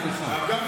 לחודשיים, סליחה.